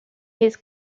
his